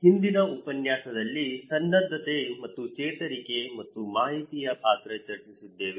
ಹಿಂದಿನ ಉಪನ್ಯಾಸದಲ್ಲಿ ಸನ್ನದ್ಧತೆ ಮತ್ತು ಚೇತರಿಕೆ ಮತ್ತು ಮಾಹಿತಿಯ ಪಾತ್ರ ಚರ್ಚಿಸಿದ್ದೇವೆ